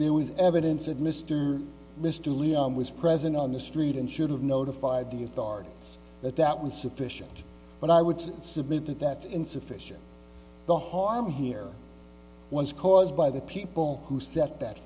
there was evidence that mr mr leon was present on the street and should have notified the authorities that that was sufficient but i would submit that that's insufficient the harm here was caused by the people who set that